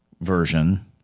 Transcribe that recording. version